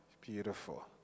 Beautiful